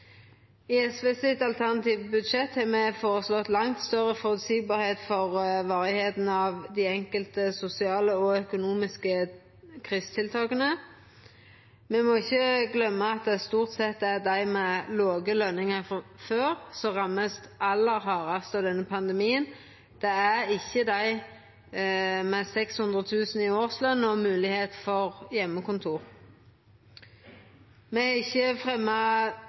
alternative budsjett har me føreslått at varigheita av dei enkelte sosiale og økonomiske krisetiltaka skal vera langt meir føreseielege. Me må ikkje gløyma at det stort sett er dei med låge lønningar frå før som vert ramma aller hardast av denne pandemien. Det er ikkje dei med 600 000 kr i årsløn og moglegheit for heimekontor. Me har ikkje